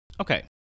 Okay